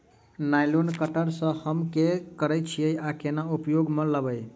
Nylon cutter सँ हम की करै छीयै आ केना उपयोग म लाबबै?